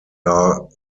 are